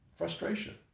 frustration